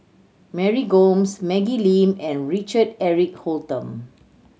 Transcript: Mary Gomes Maggie Lim and Richard Eric Holttum